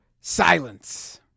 silence